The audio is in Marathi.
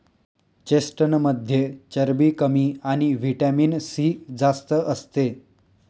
चेस्टनटमध्ये चरबी कमी आणि व्हिटॅमिन सी जास्त असते